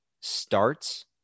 starts